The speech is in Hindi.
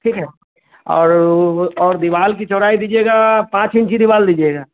ठीक है और वो और दीवाल की चौड़ाई दीजिएगा पाँच इंच की दीवाल दीजिएगा